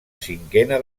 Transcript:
cinquena